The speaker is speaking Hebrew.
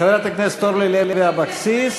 חברת הכנסת אורלי לוי אבקסיס,